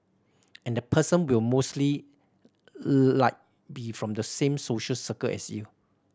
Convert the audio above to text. and the person will mostly like be from the same social circle as you